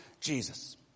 Jesus